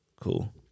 cool